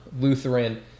lutheran